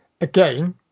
Again